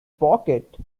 pocket